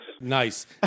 Nice